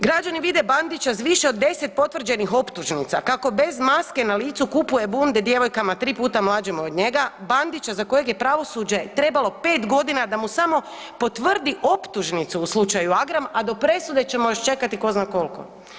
Građani vide Bandića sa više od 10 potvrđenih optužnica kako bez maske na licu kupuje bunde djevojkama tri puta mlađim od njega, Bandića za kojeg je pravosuđe trebalo pet godina samo da mu potvrdi optužnicu u slučaju Agram a do presude ćemo još čekati tko zna koliko.